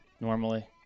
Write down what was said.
normally